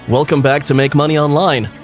welcome back to make money online,